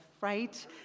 right